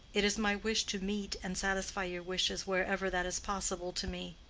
it is my wish to meet and satisfy your wishes wherever that is possible to me.